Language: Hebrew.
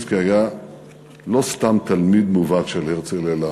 וז'בוטינסקי היה לא סתם תלמיד מובהק של הרצל אלא